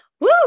Woo